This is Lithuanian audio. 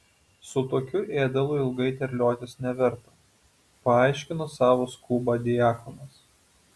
su tokiu ėdalu ilgai terliotis neverta paaiškino savo skubą diakonas